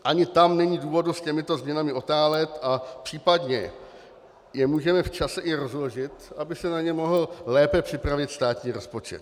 Ani tam není důvod s těmito změnami otálet a případně je můžeme včas i rozložit, aby se na ně mohl lépe připravit státní rozpočet.